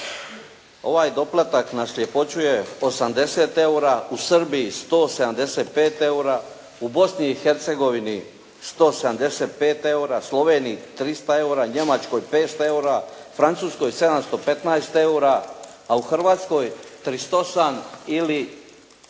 ovaj doplatak na sljepoću je 80 eura, u Srbiji 175 eura, u Bosni i Hercegovini 175 eura, Sloveniji 300 eura, Njemačkoj 500, Francuskoj 715 eura a u Hrvatskoj 38 ili